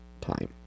time